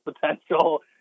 potential